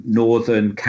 northern